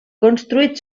construït